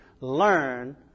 learn